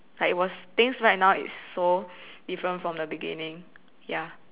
like it was things right now it's so different from the beginning ya